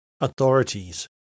authorities